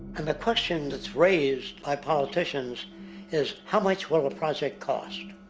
and the question that's raised by politicians is how much will a project cost?